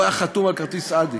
הוא היה חתום על כרטיס "אדי",